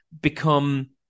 become